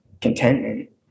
contentment